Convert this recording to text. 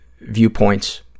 viewpoints